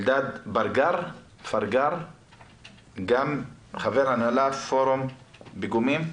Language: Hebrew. אלדד פרגר, גם חבר הנהלת פורום פיגומים.